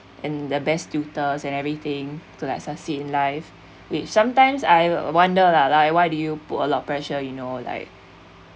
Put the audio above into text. and the best tutors and everything to like succeed in life which sometimes I wonder lah like why do you put a lot of pressure you know like